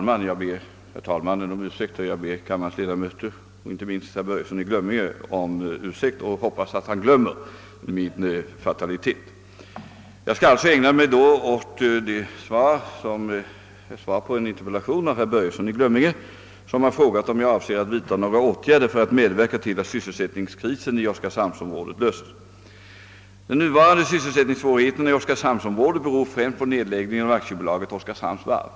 Herr talman! Herr Börjesson i Glömminge har frågat om jag avser att vidta några åtgärder för att medverka till att sysselsättningskrisen i oskarshamnsområdet löses. De nuvarande sysselsättningssvårigheterna i oskarshamnsområdet beror främst på nedläggningen av Aktiebolaget Oskarshamns varv.